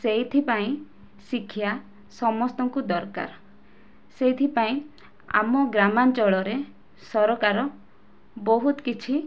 ସେଇଥିପାଇଁ ଶିକ୍ଷା ସମସ୍ତଙ୍କୁ ଦରକାର ସେଇଥିପାଇଁ ଆମ ଗ୍ରାମାଞ୍ଚଳରେ ସରକାର ବହୁତ କିଛି